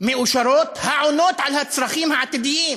מאושרות העונות על הצרכים העתידיים